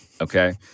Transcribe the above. okay